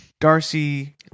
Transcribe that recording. Darcy